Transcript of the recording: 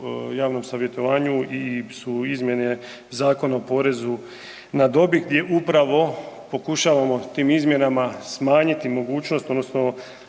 javnom savjetovanju i su izmjene Zakona o porezu na dobit gdje upravo pokušavamo tim izmjenama smanjiti mogućnost odnosno